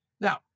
Now